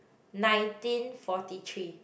nineteen forty three